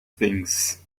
things